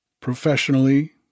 professionally